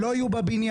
לא יהיה בבניין.